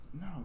no